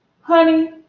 honey